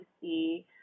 see